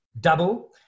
double